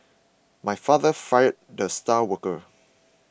my father fired the star worker